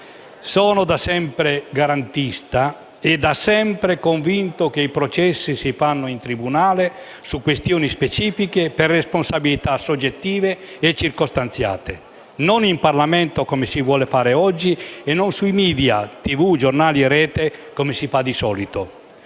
sono da sempre garantista e da sempre convinto che i processi si fanno in tribunale, su questioni specifiche, per responsabilità soggettive e circostanziate, e non in Parlamento come si vuol fare oggi, né sui *media* (TV, giornali e Rete), come si fa di solito.